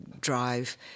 drive